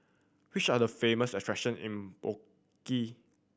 which are the famous attraction in Baku